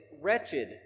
wretched